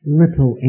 little